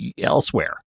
elsewhere